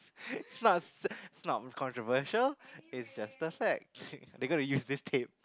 is not a is not controversial it's just the fact they're gonna use this tape